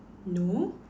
no